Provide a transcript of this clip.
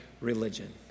religion